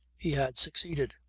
he had succeeded!